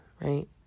Right